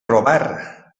robar